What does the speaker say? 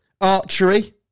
Archery